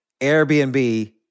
Airbnb